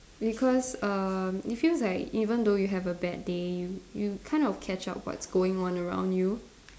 because err it feels like even though you have a bad day you you kind of catch up what's going on around you